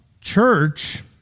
church